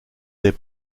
des